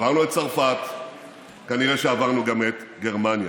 עברנו את צרפת וכנראה עברנו גם את גרמניה,